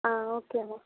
ஆ ஓகேம்மா